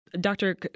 Doctor